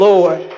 Lord